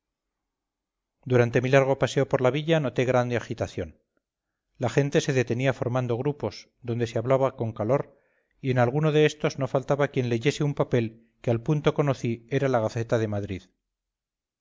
durante mi largo paseo por la villa noté grande agitación la gente se detenía formando grupos donde se hablaba con calor y en alguno de éstos no faltaba quien leyese un papel que al punto conocí era la gaceta de madrid